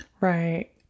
Right